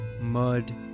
mud